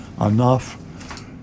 enough